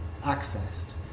accessed